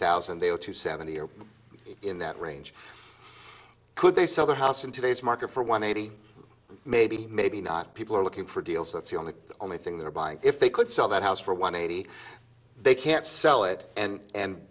thousand and they go to seventy or in that range could they sell their house in today's market for one eighty maybe maybe not people are looking for deals that's the only only thing they're buying if they could sell that house for one eighty they can't sell it